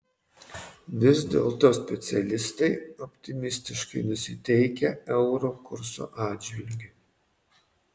vis dėlto specialistai optimistiškai nusiteikę euro kurso atžvilgiu